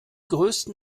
größten